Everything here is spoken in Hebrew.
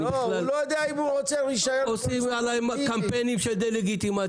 אני בכלל עושים עליי קמפיינים של דה-לגיטימציה,